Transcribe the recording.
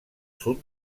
sud